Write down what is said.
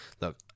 look